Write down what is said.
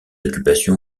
occupation